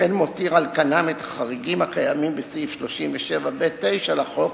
וכן מותיר על כנם את החריגים הקיימים בסעיף 37(ב)(9) לחוק,